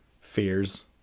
fears